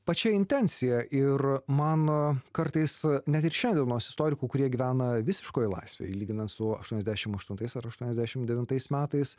pačia intencija ir man kartais net ir šiandienos istorikų kurie gyvena visiškoj laisvėj lyginant su aštuoniasdešim aštuntais ar aštuoniasdešim devintais metais